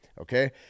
okay